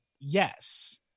yes